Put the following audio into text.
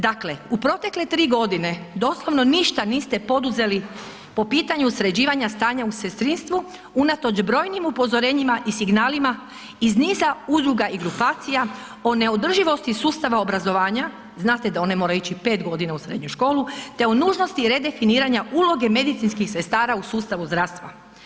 Dakle, u protekle 3 godine doslovno ništa niste poduzeli po pitanju sređivanja stanja u sestrinstvu unatoč brojnim upozorenjima i signalima iz niza udruga i grupacija o neodrživosti sustava obrazovanja, znate da one moraju ići 5 godina u srednju školu te o nužnosti redefiniranja uloge medicinskih sustava u sustavu zdravstva.